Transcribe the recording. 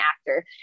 actor